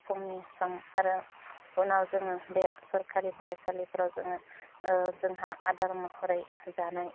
फुंनि सम आरो उनाव जोङो बे सोरकारि फरायसालिफोराव जोङो जोंहा आदार महरै जानाय